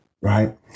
right